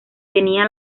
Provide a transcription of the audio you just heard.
tenía